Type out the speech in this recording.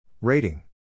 Rating